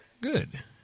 Good